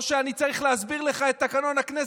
שאני צריך להסביר לך את תקנון הכנסת,